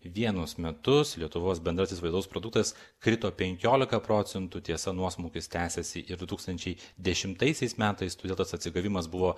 vienus metus lietuvos bendrasis vidaus produktas krito penkiolika procentų tiesa nuosmukis tęsėsi ir du tūkstančiai dešimtaisiais metais todėl tas atsigavimas buvo